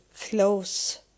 close